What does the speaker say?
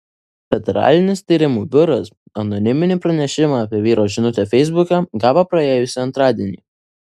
federalinis tyrimų biuras anoniminį pranešimą apie vyro žinutę feisbuke gavo praėjusį antradienį